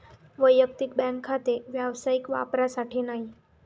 वैयक्तिक बँक खाते व्यावसायिक वापरासाठी नाही